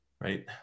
right